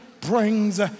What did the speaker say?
brings